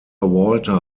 walter